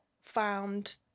found